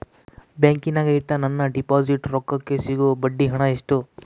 ಬ್ಯಾಂಕಿನಾಗ ಇಟ್ಟ ನನ್ನ ಡಿಪಾಸಿಟ್ ರೊಕ್ಕಕ್ಕೆ ಸಿಗೋ ಬಡ್ಡಿ ಹಣ ಎಷ್ಟು?